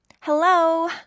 Hello